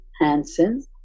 Hansen